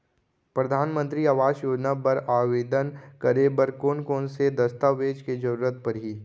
परधानमंतरी आवास योजना बर आवेदन करे बर कोन कोन से दस्तावेज के जरूरत परही?